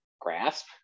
grasp